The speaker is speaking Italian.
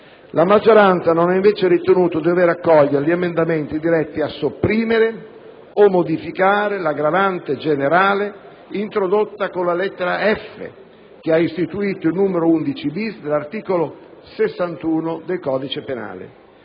La maggioranza non ha invece ritenuto di dover accogliere gli emendamenti diretti a sopprimere o modificare l'aggravante generale introdotta con la lettera *f)*, che ha istituito il numero 11-*bis* dell'articolo 61 del codice penale,